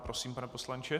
Prosím, pane poslanče.